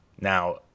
now